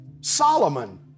Solomon